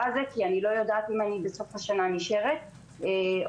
הזה כי אני לא יודעת אם בסוף השנה אני נשארת או